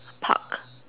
Park